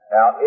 Now